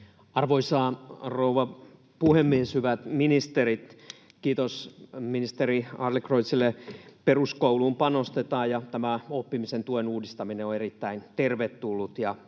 Arvoisa rouva puhemies! Hyvät ministerit! Kiitos ministeri Adlercreutzille. Peruskouluun panostetaan, ja tämä oppimisen tuen uudistaminen on erittäin tervetullut